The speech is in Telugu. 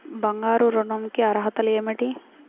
బంగారు ఋణం కి అర్హతలు ఏమిటీ?